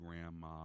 grandma